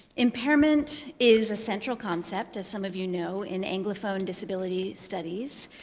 impairment is a central concept, as some of you know, in anglophone disability studies,